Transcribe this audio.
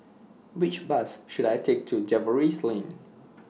Which Bus should I Take to Jervois Lane